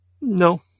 no